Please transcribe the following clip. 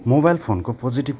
mobile फोनको positive